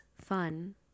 fun